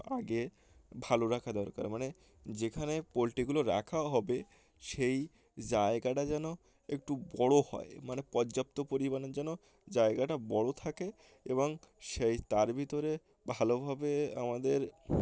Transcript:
আগে ভালো রাখা দরকার মানে যেখানে পোলট্রিগুলো রাখা হবে সেই জায়গাটা যেন একটু বড়ো হয় মানে পর্যাপ্ত পরিমাণে যেন জায়গাটা বড়ো থাকে এবং সেই তার ভিতরে ভালোভাবে আমাদের